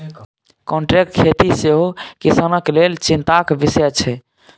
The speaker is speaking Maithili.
कांट्रैक्ट खेती सेहो किसानक लेल चिंताक बिषय छै